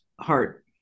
heart